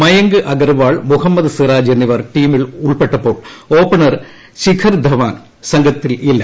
മയങ്ക് അഗർവാൾ മുഹമ്മദ് സിറാജ് എന്നിവർ ടീമിൽ ഉൾപ്പെട്ടപ്പോൾ ഓപ്പണർ ശിഖർ ധവാൻ സംഘത്തിലില്ല